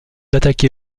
attaqué